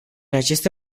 aceste